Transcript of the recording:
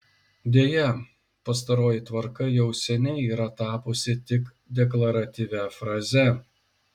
deja pastaroji tvarka jau seniai yra tapusi tik deklaratyvia fraze